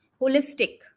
holistic